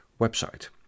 website